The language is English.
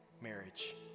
marriage